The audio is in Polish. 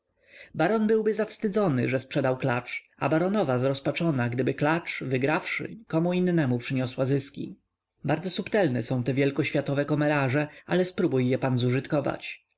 baron byłby zawstydzony że sprzedał klacz a baronowa zrozpaczona gdyby klacz wygrawszy komu innemu przyniosła zysk bardzo subtelne są te wielkoświatowe komeraże ale spróbój je pan zużytkować